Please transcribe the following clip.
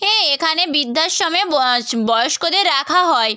এখানে বৃদ্ধাশ্রমে বয়স্কদের রাখা হয়